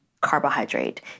carbohydrate